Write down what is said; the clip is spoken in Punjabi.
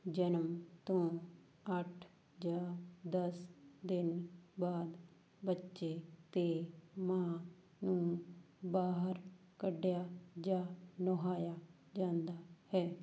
ਜਨਮ ਤੋਂ ਅੱਠ ਜਾਂ ਦਸ ਦਿਨ ਬਾਅਦ ਬੱਚੇ ਅਤੇ ਮਾਂ ਨੂੰ ਬਾਹਰ ਕੱਢਿਆ ਜਾ ਨਹਾਇਆ ਜਾਂਦਾ ਹੈ